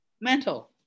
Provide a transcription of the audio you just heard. mental